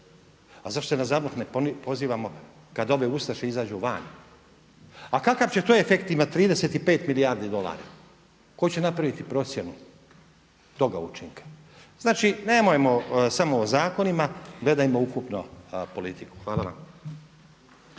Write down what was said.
A zašto se na ZAVNOH ne pozivamo kada ove ustaše izađu van? A kakav će to efekt imati 35 milijardi dolara? Tko će napraviti procjenu toga učinka? Znači nemojmo samo o zakonima, gledajmo ukupno politiku. Hvala vam.